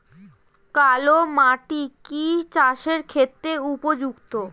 কালো মাটি কি চাষের ক্ষেত্রে উপযুক্ত?